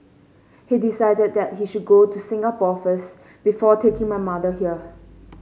he decided that he should go to Singapore first before taking my mother here